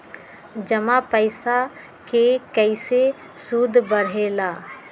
जमा पईसा के कइसे सूद बढे ला?